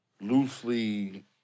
loosely